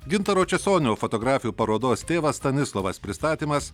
gintaro česonio fotografijų parodos tėvas stanislovas pristatymas